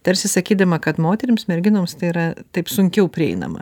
tarsi sakydama kad moterims merginoms tai yra taip sunkiau prieinama